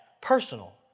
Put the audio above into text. personal